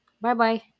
Bye-bye